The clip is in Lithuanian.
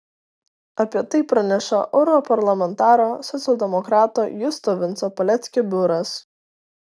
apie tai praneša europarlamentaro socialdemokrato justo vinco paleckio biuras